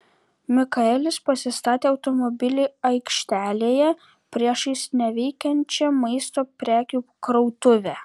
mikaelis pasistatė automobilį aikštelėje priešais neveikiančią maisto prekių krautuvę